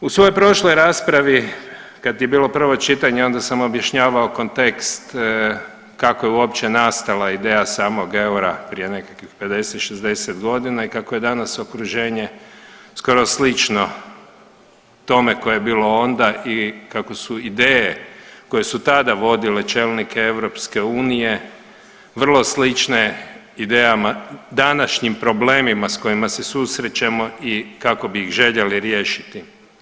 U svojoj prošloj raspravi kad je bilo prvo čitanje onda sam objašnjavao kontekst kako je uopće nastala ideja samog eura prije nekakvih 50, 60 godina i kako je danas okruženje skoro slično tome koje je bilo onda i kako su ideje koje su tada vodile čelnike EU vrlo slične idejama, današnjim problemima s kojima se susrećemo i kako bi ih željeli riješiti.